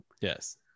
Yes